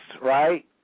right